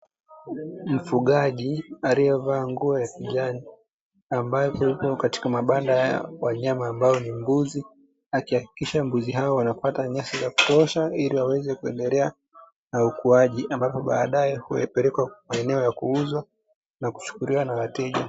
Mfugaji aliyevaa nguo ya kijani ambaye yupo katika mabanda ya wanyama ambao ni mbuzi, akihakikisha mbuzi hao wanapata nyasi za kutosha ili waweze kuendelea na ukuaji ambapo baadae hupelekwa katika maeneo ya kuuzwa na kuchukuliwa na wateja.